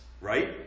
right